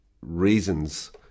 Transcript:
reasons